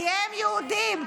כי הם יהודים,